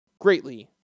greatly